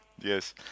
Yes